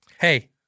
Hey